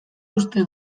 uste